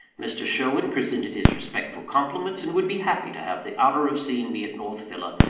mr. sherwin presented his respectful compliments, and would be happy to have the honour of seeing me at north villa,